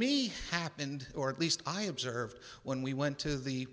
me happened or at least i observed when we went to the